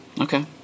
okay